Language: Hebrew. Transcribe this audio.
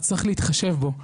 אז צריך להתחשב בו,